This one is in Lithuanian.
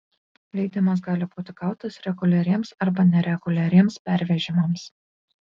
leidimas gali būti gautas reguliariems arba nereguliariems pervežimams